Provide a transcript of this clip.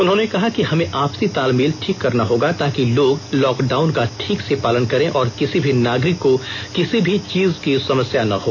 उन्होंने कहा कि हमें आपसी तालमेल ठीक करना होगा ताकि लोग लॉकडाउन का ठीक से पालन करें और किसी भी नागरिक को किसी भी चीज की समस्या न हो